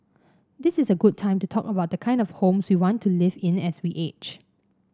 this is a good time to talk about the kind of homes we want to live in as we age